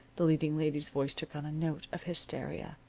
the leading lady's voice took on a note of hysteria,